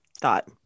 thought